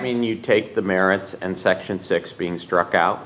mean you take the merit and section six being struck